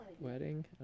wedding